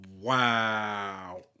Wow